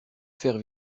faire